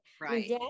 Right